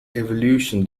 evolution